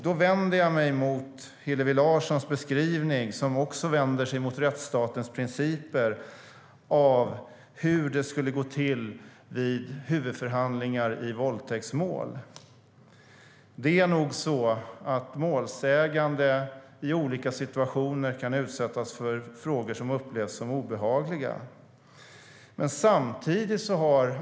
Då vänder jag mig mot Hillevi Larssons beskrivning, som vänder sig mot rättsstatens principer, av hur det skulle gå till vid huvudförhandlingar i våldtäktsmål. Det är nog så att målsägande i olika situationer kan utsättas för frågor som upplevs som obehagliga.